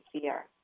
fear